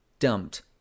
dumped